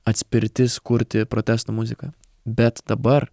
atspirtis kurti protesto muziką bet dabar